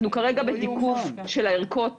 אנחנו כרגע בתיקוף של הערכות